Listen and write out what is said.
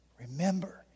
Remember